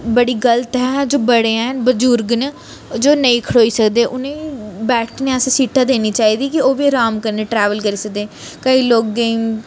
बड़ी गलत ऐ जो बड़े हैन बजुर्ग न जो नेईं खड़ोई सकदे उ'नेंगी बैठने आस्तै सीटां देनी चाहिदा कि ओह् बी अराम कन्नै ट्रैवल करी सकदे केईं लोकें गी